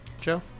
Joe